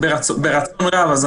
בבקשה.